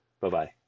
Bye-bye